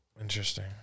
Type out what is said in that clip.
Interesting